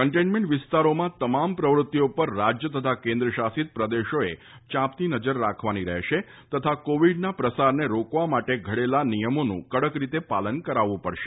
containment વિસ્તારોમાં તમામ પ્રવૃત્તિઓ ઉપર રાજ્ય તથા કેન્દ્ર શાસિત પ્રદેશોએ યાંપતી નજર રાખવાની રહેશે અને કોવિડના પ્રસારને રોકવા માટે ઘડેલા નિયમોનું કડક રીતે પાલન કરાવવું પડશે